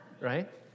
Right